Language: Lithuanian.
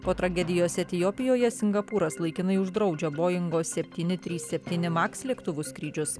po tragedijos etiopijoje singapūras laikinai uždraudžia boingo septyni trys septyni maks lėktuvų skrydžius